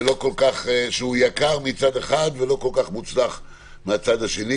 -- שהוא יקר מצד אחד ולא כל כך מוצלח מהצד השני,